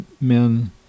men